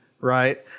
right